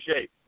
shape